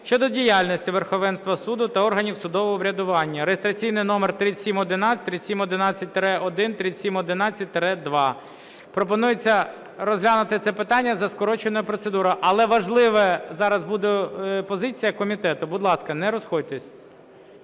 щодо діяльності Верховного Суду та органів суддівського врядування (реєстраційний номер 3711, 3711-1, 3711-2). Пропонується розглянути це питання за скороченою процедурою. Але важливо, зараз буде позиція комітету. Будь ласка, не розходьтесь.